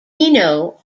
eno